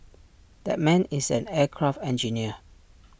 that man is an aircraft engineer